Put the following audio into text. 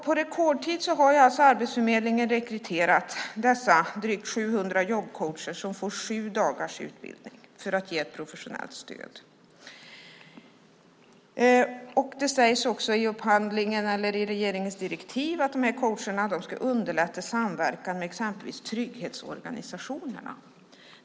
På rekordtid har Arbetsförmedlingen rekryterat de 700 jobbcoacherna som får sju dagars utbildning för att sedan ge professionellt stöd. I regeringens direktiv sägs att coacherna ska underlätta samverkan med exempelvis trygghetsorganisationerna.